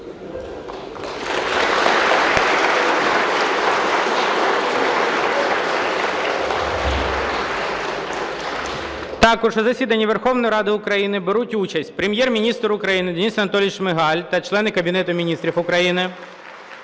Також у засіданні Верховної Ради України беруть участь: Прем'єр-міністр України Денис Анатолійович Шмигаль та члени Кабінету Міністрів України,